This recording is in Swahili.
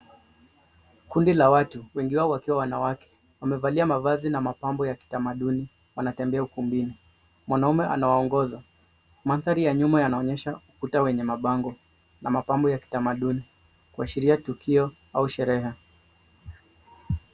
Kundi la watu, wengi wao wakiwa wanawake, wamevalia mavazi na mapambo ya kitamaduni, wanatembea ukumbini. Mwanaume anawaongoza. Madhari ya nyuma yanaonesha ukuta wenye mabango na mapambo ya kitamaduni kuashiria tukio au sherehe.